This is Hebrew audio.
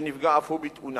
שנפגע אף הוא בתאונה.